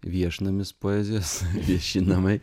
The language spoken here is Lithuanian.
viešnamis poezijos vieši namai